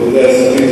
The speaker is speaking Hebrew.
רבותי השרים,